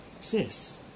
Sis